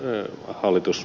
ey hallitus